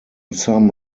some